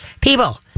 people